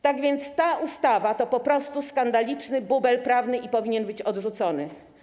Tak więc ta ustawa to po prostu skandaliczny bubel prawny i powinna być odrzucona.